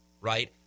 right